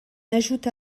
ajoute